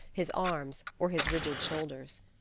his arms, or his rigid shoulders.